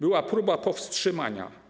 Była próba powstrzymania.